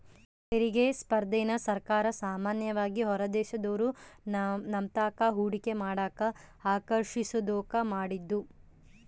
ತೆರಿಗೆ ಸ್ಪರ್ಧೆನ ಸರ್ಕಾರ ಸಾಮಾನ್ಯವಾಗಿ ಹೊರದೇಶದೋರು ನಮ್ತಾಕ ಹೂಡಿಕೆ ಮಾಡಕ ಆಕರ್ಷಿಸೋದ್ಕ ಮಾಡಿದ್ದು